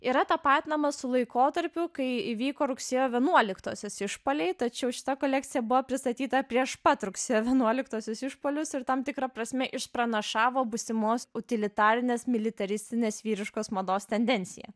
yra tapatinama su laikotarpiu kai įvyko rugsėjo vienuoliktosios išpuoliai tačiau šita kolekcija buvo pristatyta prieš pat rugsėjo vienuoliktosios išpuolius ir tam tikra prasme išpranašavo būsimos utilitarinės militaristinės vyriškos mados tendenciją